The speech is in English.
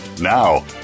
now